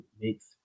makes